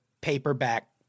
paperback